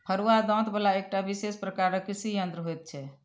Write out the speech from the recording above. फरूआ दाँत बला एकटा विशेष प्रकारक कृषि यंत्र होइत छै